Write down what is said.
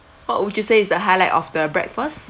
what would you say is the highlight of the breakfast